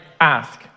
ask